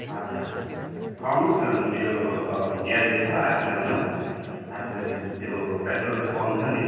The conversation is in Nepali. हजुर हजुर आउनुहोस् न मेरो ग्यारेज छ आठ माइलमा आठ माइल त्यो पेट्रोल पम्प छ नि